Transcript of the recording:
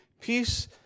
Peace